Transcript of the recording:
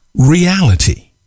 reality